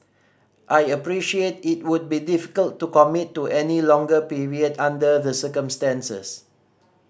I appreciate it would be difficult to commit to any longer period under the circumstances